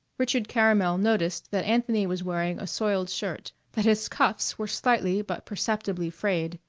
richard caramel noticed that anthony was wearing a soiled shirt, that his cuffs were slightly but perceptibly frayed,